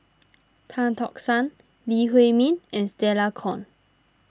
Tan Tock San Lee Huei Min and Stella Kon